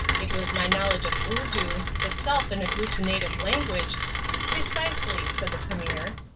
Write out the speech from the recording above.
it was my knowledge of urdu, itself an agglutinative language precisely, said the premier.